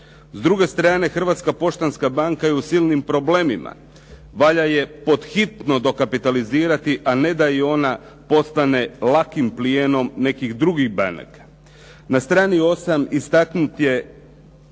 S druge strane Hrvatska poštanska banka je u silnim problemima. Valja je podhitno dokapitalizirati a ne da i ona postane lakim plijenom nekih drugih banaka. Na strani 8 istaknut je,